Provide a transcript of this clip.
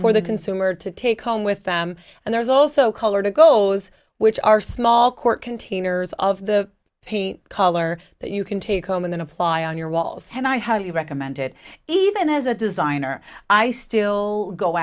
for the consumer to take home with them and there's also color to goes which are small court containers of the color that you can take home and then apply on your walls and i highly recommend it even as a designer i still go